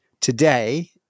today